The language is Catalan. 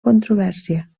controvèrsia